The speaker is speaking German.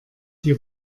die